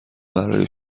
برای